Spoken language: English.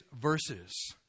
verses